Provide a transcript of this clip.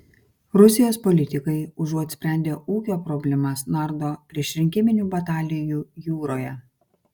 rusijos politikai užuot sprendę ūkio problemas nardo priešrinkiminių batalijų jūroje